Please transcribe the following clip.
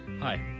Hi